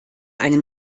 einen